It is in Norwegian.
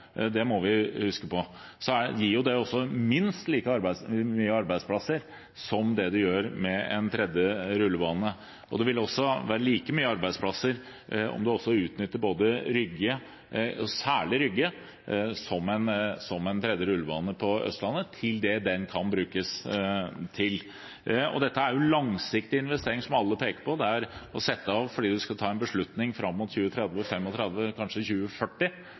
Det må vi huske på. Og det vil gi minst like mange arbeidsplasser som alternativet med en tredje rullebane. Det vil også bety like mange arbeidsplasser om en utnytter særlig Rygge som en tredje rullebane på Østlandet, til det den kan brukes til. Dette er en langsiktig investering – som alle peker på – å sette av, fordi en skal ta en beslutning fram mot 2030–2035, kanskje 2040.